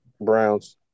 Browns